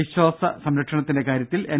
വിശ്വാസ സംരക്ഷണത്തിന്റെ കാര്യത്തിൽ എൻ